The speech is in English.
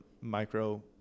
micro